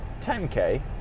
10k